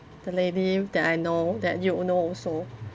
the lady that I know that you know also